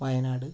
Wayanad